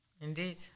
Indeed